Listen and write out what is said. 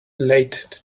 late